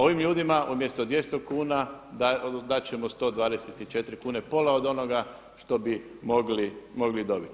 Ovim ljudima umjesto 200 kuna dati ćemo 124 kune, pola od onoga što bi mogli dobiti.